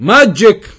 Magic